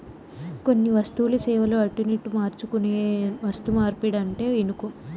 కొన్ని వస్తువులు, సేవలు అటునిటు మార్చుకునేదే వస్తుమార్పిడంటే ఇనుకో